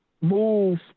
move